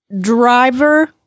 driver